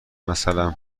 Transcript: مثلا